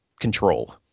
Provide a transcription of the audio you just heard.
control